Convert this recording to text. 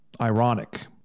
ironic